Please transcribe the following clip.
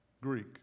greek